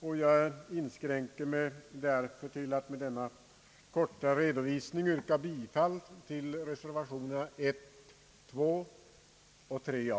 Jag inskränker mig därför till att med denna korta redovisning yrka bifall till reservationerna 1, 2 och 3 a.